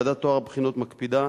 ועדת טוהר הבחינות מקפידה